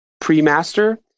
pre-master